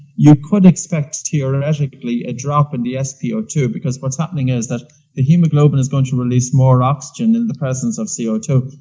you could expect theoretically a drop in the s p o two because what's happening is that the hemoglobin is going to release more oxygen in the presence of c o two.